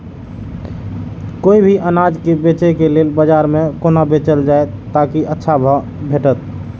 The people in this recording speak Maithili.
कोय भी अनाज के बेचै के लेल बाजार में कोना बेचल जाएत ताकि अच्छा भाव भेटत?